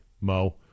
Mo